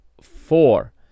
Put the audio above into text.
four